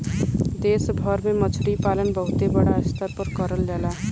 देश भर में मछरी पालन बहुते बड़ा स्तर पे करल जाला